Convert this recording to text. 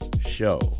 show